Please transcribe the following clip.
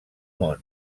món